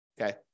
Okay